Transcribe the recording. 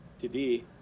today